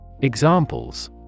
Examples